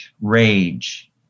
rage